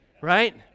right